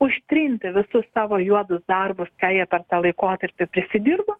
užtrinti visus savo juodus darbus ką jie per tą laikotarpį prisidirbo